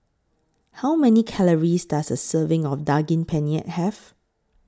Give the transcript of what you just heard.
How Many Calories Does A Serving of Daging Penyet Have